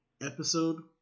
episode